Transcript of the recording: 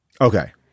okay